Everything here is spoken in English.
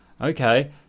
Okay